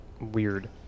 weird